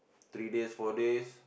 three days four days